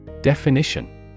Definition